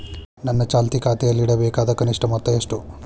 ನನ್ನ ಚಾಲ್ತಿ ಖಾತೆಯಲ್ಲಿಡಬೇಕಾದ ಕನಿಷ್ಟ ಮೊತ್ತ ಎಷ್ಟು?